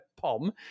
Pom